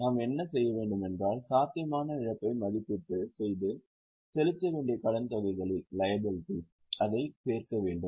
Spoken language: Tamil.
நாம் என்ன செய்யவேண்டும் என்றால் சாத்தியமான இழப்பை மதிப்பிட்டு செய்து செலுத்தவேண்டிய கடன்தொகைகளில் அதை சேர்க்கவேண்டும்